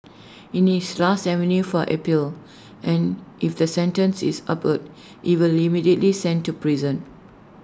IT is last avenue for appeal and if the sentence is upheld he will immediately sent to prison